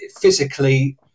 physically